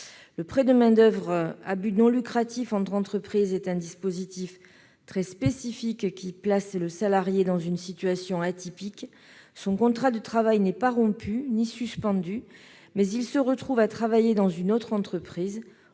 Le prêt de main-d'oeuvre à but non lucratif entre entreprises est un dispositif très spécifique, qui place le salarié dans une situation atypique : son contrat de travail n'est ni rompu ni suspendu, mais il doit travailler dans une autre entreprise,